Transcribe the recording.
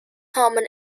common